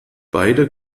beide